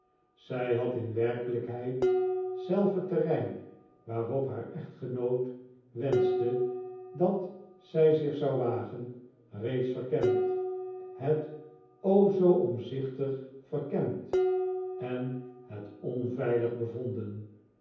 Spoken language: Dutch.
zij had in werkelijkheid zelf het terrein waarop haar echtgenoot wenschte dat zij zich zou wagen reeds verkend het o zoo omzichtig verkend en het onveilig bevonden